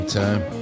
time